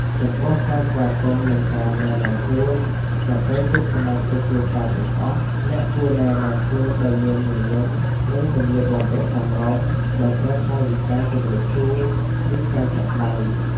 ចំពោះ ការស្វាគមន៍និងការណែនាំខ្លួន នៅពេលជួបសមាជិកគ្រួសារទាំងអស់ អ្នកគួរណែនាំខ្លួនដោយមានញញឹម និងសម្លៀកបំពាក់សមរម្យ ដោយប្រើកាយវិការជំរាបសួរ ឬការចាប់ដៃ ទៅតាមវប្បធម៍គ្រួសារ។